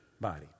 body